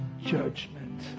judgment